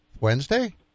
Wednesday